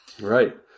Right